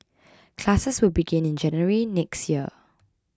classes will begin in January next year